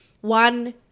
one